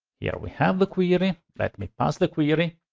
here we have the query, let me paste the query.